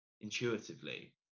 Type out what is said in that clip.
intuitively